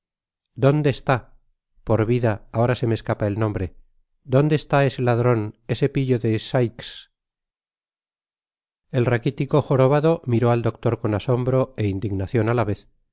dónde está por vida ahora se me escapa el nombre dónde está ese ladron ese pillo de sas el raquitico jorobado miró al doctor con asombro é indignacion á la vez